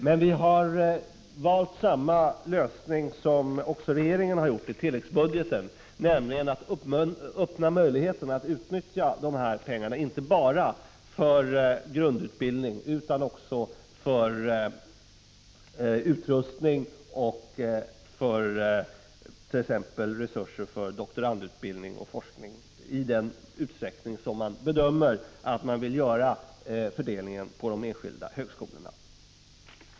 Men vi har valt samma lösning som - också regeringen har valt i tilläggsbudgeten, nämligen att öppna möjligheten att utnyttja dessa pengar inte bara för grundutbildning utan också till utrustning och resurser för doktorandutbildning och forskning i den utsträckning som man bedömer att man vill göra fördelningen på de enskilda högskolorna.